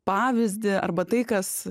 pavyzdį arba tai kas